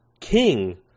king